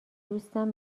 دوستم